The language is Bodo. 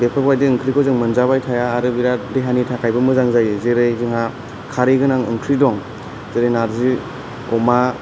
बेफोरबायदि आंख्रिखौ जों मोनजाबाय थाया आरो बिरात देहानि थाखायबो मोजां जायो जेरै जोंहा खारै गोनां ओंख्रि दं जेरै नार्जि अमा